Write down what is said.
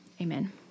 Amen